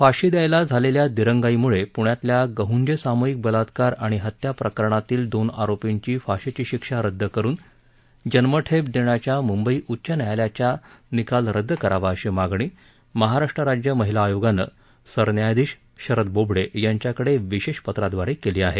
फाशी द्यायला झालेल्या दिरंगाईमुळे पूण्यातील गहूंजे सामूहिक बलात्कार आणि हत्या प्रकरणातील दोन आरोपींची फाशीची शिक्षा रद्द करून जन्मठेप देण्याच्या मुंबई उच्च न्यायालयाचा निकाल रद्द करावा अशी मागणी महाराष्ट्र राज्य महिला आयोगानं सरन्यायाधीश शरद बोबडे यांच्याकडे विशेष पत्राद्वारे केली आहे